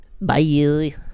Bye